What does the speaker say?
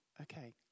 Okay